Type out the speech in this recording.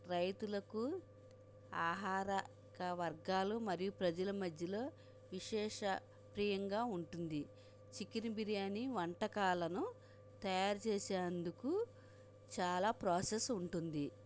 రైతులకు ఆహారక వర్గాలు మరియు ప్రజల మధ్యలో విశేష ప్రీయంగా ఉంటుంది చికెన్ బిర్యాని వంటకాలను తయారు చేసేందుకు చాలా ప్రాసెస్ ఉంటుంది